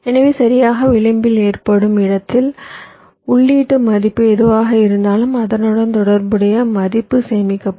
எனவே சரியாக விளிம்பில் ஏற்படும் இடத்தில் உள்ளீட்டு மதிப்பு எதுவாக இருந்தாலும் அதனுடன் தொடர்புடைய மதிப்பு சேமிக்கப்படும்